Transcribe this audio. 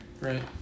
right